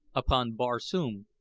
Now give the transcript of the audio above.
upon barsoom.